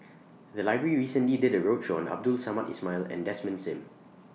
The Library recently did A roadshow on Abdul Samad Ismail and Desmond SIM